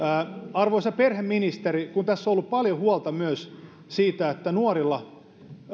arvoisa perheministeri kun tässä on ollut paljon huolta myös siitä että nuorilla